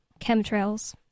chemtrails